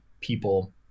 people